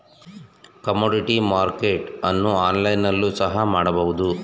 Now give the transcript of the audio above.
commodity marketing ಅನ್ನು online ನಲ್ಲಿ ಸಹ ಮಾಡಬಹುದು